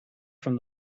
from